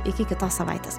iki kitos savaitės